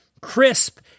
crisp